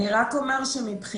אני רק אומר שמבחינתי,